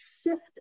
shift